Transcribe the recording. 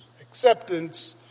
Acceptance